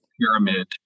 pyramid